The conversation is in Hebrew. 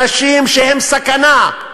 אנשים שהם סכנה,